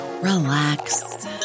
relax